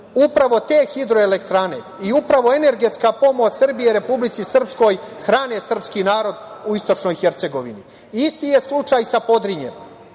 Upravo te hidroelektrane i upravo energetska pomoć Srbije Republici Srpskoj hrane srpski narod u istočnoj Hercegovini. Isti je slučaj i sa Podrinjem.